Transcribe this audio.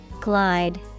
Glide